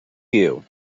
you